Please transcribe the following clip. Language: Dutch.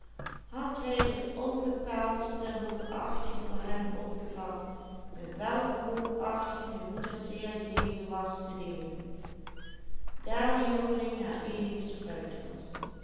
welke hoogachting de moeder zeer genegen was te deelen daar de jongeling haar eenige spruit was